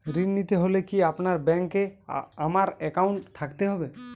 ঋণ নিতে হলে কি আপনার ব্যাংক এ আমার অ্যাকাউন্ট থাকতে হবে?